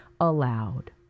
allowed